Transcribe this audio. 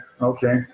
okay